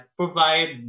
provide